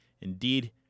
Indeed